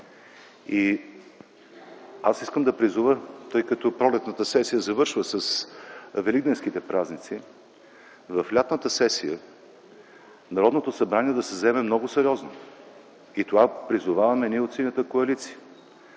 Аз искам да призова, тъй като пролетната сесия завършва с Великденските празници, в лятната сесия Народното събрание да се заеме много сериозно. Това призоваваме ние от Синята коалиция